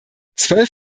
zwölf